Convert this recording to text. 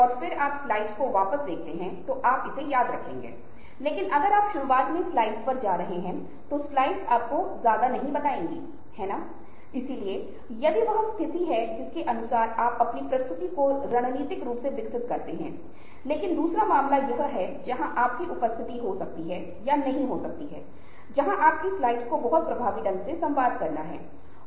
अब आप देखते हैं कि जब आप फेसबुक और अन्य सोशल नेटवर्क और सोशल मीडिया साइटों को देख रहे हैं तो इन घटकों को बहुत महत्वपूर्ण रूप से विस्तारित किया जा सकता है क्योंकि मैं जल्दी से इस बात के अंत में आपके साथ साझा करूंगा